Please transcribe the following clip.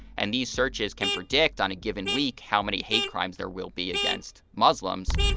and these searches can predict on a given week how many hate crimes there will be against muslims.